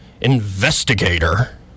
investigator